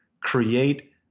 create